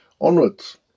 onwards